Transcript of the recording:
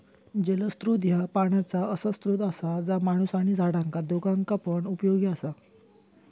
जलस्त्रोत ह्या पाण्याचा असा स्त्रोत असा जा माणूस आणि झाडांका दोघांका पण उपयोगी असा